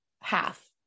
half